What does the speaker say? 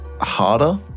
harder